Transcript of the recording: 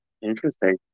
Interesting